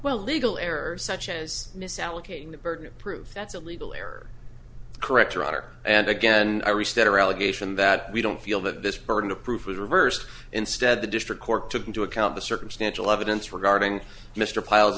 well legal errors such as misallocating the burden of proof that's a legal error correct or order and again i restate or allegation that we don't feel that this burden of proof was reversed instead the district court took into account the circumstantial evidence regarding mr pyle